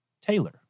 Taylor